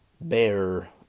bear